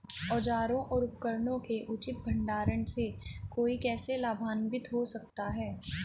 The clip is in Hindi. औजारों और उपकरणों के उचित भंडारण से कोई कैसे लाभान्वित हो सकता है?